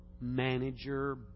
manager